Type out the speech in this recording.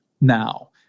now